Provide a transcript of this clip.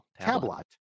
tablet